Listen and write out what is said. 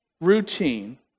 routine